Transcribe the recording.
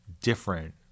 different